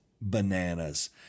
bananas